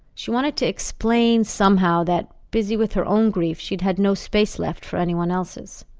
she wanted to explain, somehow, that busy with her own grief, she had had no space left for anyone else's.